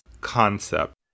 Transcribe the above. concept